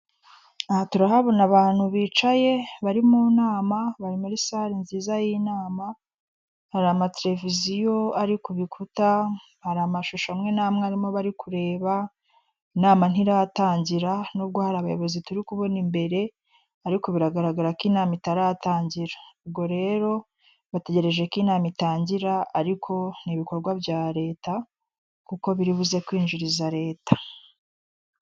Aha turahabona abantu bicaye bari mu nama bari muri sare nziza y'inama hari amatereviziyo ari ku bikuta hari amashusho amwe n'amwe arimo bari kureba inama ntiratangira nubwo hari abayobozi turi kubona imbere ariko biragaragara ko inama itaratangira ubwo rero bategereje ko inama itangira ariko n'ibikorwa bya leta kuko biri buze kwinjiriza leta.